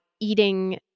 eating